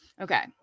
Okay